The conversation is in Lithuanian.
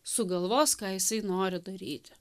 sugalvos ką jisai nori daryti